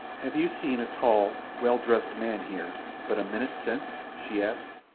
have you seen a tall, well-dressed man here, but a minute since, she asked,